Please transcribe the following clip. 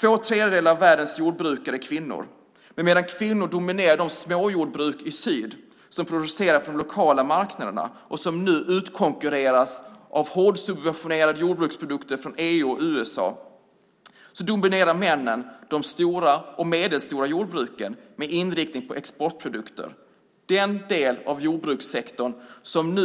Två tredjedelar av världens jordbrukare är kvinnor, men medan kvinnor dominerar de småjordbruk i syd som producerar för den lokala marknaden och som nu utkonkurreras av hårdsubventionerade jordbruksprodukter från EU och USA dominerar männen de stora och medelstora jordbruken med inriktning på exportprodukter, alltså den del av jordbrukssektorn som